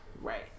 right